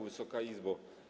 Wysoka Izbo!